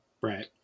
right